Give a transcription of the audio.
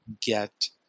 get